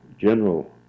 general